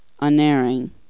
Unerring